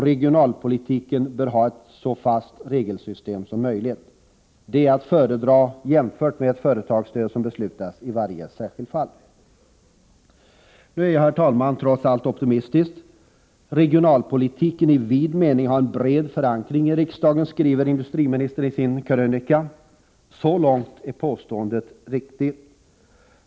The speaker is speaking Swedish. Regionalpolitiken bör ha ett så fast regelsystem som möjligt. Det är att föredra jämfört med ett företagsstöd som beslutas i varje särskilt fall. Nu är jag, herr talman, trots allt optimistisk. Regionalpolitiken i vid mening har bred förankring i riksdagen, skriver industriministern i sin krönika. Så långt är påståendet riktigt.